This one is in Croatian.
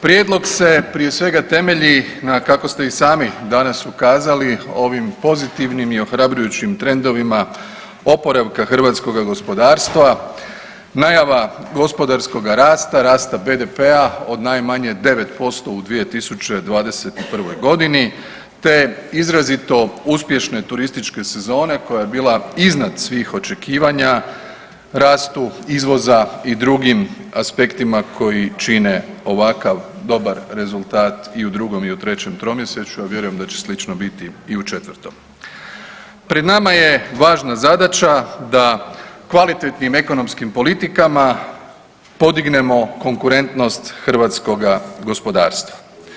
Prijedlog se prije svega temelji na kako ste i sami danas ukazali ovim pozitivnim i ohrabrujućim trendovima oporavka hrvatskoga gospodarstva, najava gospodarskoga rasta, rasta BDP-a od najmanje 9% u 2021.g. te izrazito uspješne turističke sezone koja je bila iznad svih očekivanja, rastu izvoza i drugim aspektima koji čine ovakav dobar rezultat i u 2. i u 3. tromjesečju, a vjerujem da će biti slično i u 4. Pred nama je važna zadaća da kvalitetnim ekonomskim politikama podignemo konkurentnost hrvatskoga gospodarstva.